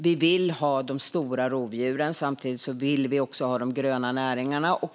Vi vill ha de stora rovdjuren, men samtidigt vill vi ha de gröna näringarna.